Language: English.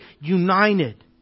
united